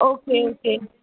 okay okay